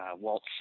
Walt